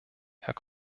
herr